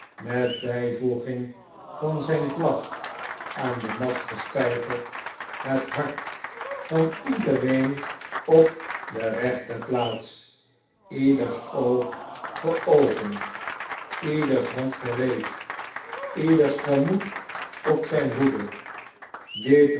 met byvoeging van zyn vlag aan den mast gespgkerd het nart van iedereen op de rechte plaats ieders oog geopend ieders hand gereed ieders gemoed op zyn hoede